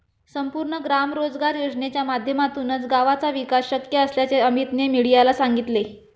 संपूर्ण ग्राम रोजगार योजनेच्या माध्यमातूनच गावाचा विकास शक्य असल्याचे अमीतने मीडियाला सांगितले